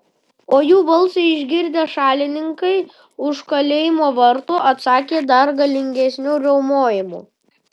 o jų balsą išgirdę šalininkai už kalėjimo vartų atsakė dar galingesniu riaumojimu